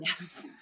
Yes